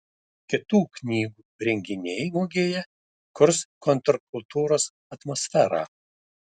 kitų knygų renginiai mugėje kurs kontrkultūros atmosferą